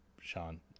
Sean